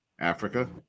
Africa